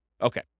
Okay